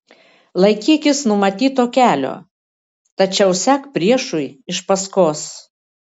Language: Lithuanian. laikykis numatyto kelio tačiau sek priešui iš paskos